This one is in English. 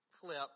clip